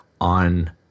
on